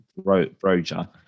Broja